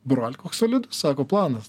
brol koks solidus sako planas